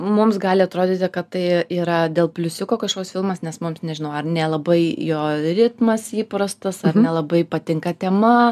mums gali atrodyti kad tai yra dėl pliusiuko kažkoks filmas nes mums nežinau ar nelabai jo ritmas įprastas ar nelabai patinka tema